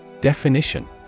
Definition